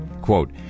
Quote